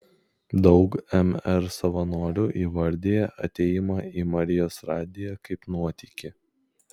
daug mr savanorių įvardija atėjimą į marijos radiją kaip nuotykį